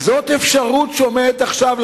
זאת אפשרות שעומדת עכשיו.